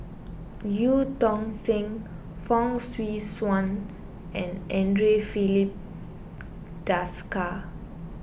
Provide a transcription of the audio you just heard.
Eu Tong Sen Fong Swee Suan and andre Filipe Desker